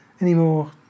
anymore